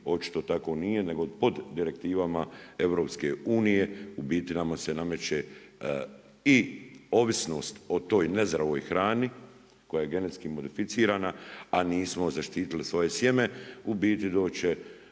očito tako nije nego pod direktivama EU u biti nama se nameće i ovisnost o toj nezdravoj hrani koja je genetski modificirana a nismo zaštitili svoje smjene u biti doći